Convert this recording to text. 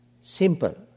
simple